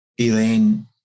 Elaine